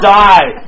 die